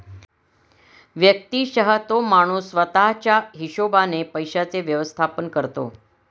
व्यक्तिशः तो माणूस स्वतः च्या हिशोबाने पैशांचे व्यवस्थापन करतो